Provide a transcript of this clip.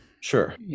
Sure